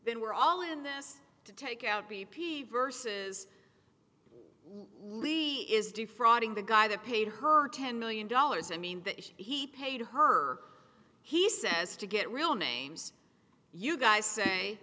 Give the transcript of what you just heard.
then we're all in this to take out b p versus levy is defrauding the guy that paid her ten million dollars i mean that he paid her he says to get real names you guys say